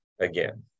again